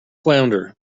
flounder